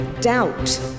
doubt